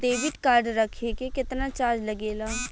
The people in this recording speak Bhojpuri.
डेबिट कार्ड रखे के केतना चार्ज लगेला?